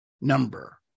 number